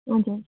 हजुर